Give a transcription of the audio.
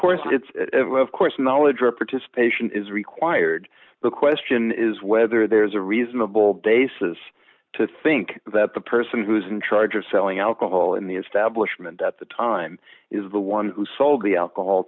course it's of course knowledge or participation is required the question is whether there's a reasonable basis to think that the person who's in charge of selling alcohol in the establishment at the time is the one who sold the alcohol